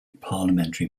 parliamentary